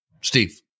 steve